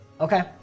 Okay